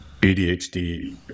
ADHD